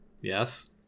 Yes